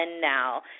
now